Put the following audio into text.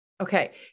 Okay